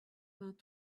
vingt